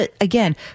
again